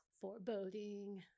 Foreboding